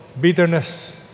bitterness